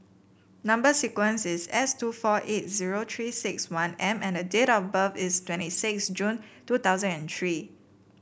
number sequence is S two four eight zero Three six one M and date of birth is twenty six June two thousand and three